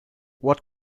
what